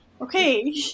okay